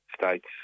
states